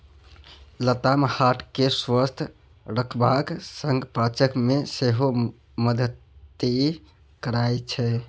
लताम हार्ट केँ स्वस्थ रखबाक संग पाचन मे सेहो मदति करय छै